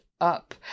up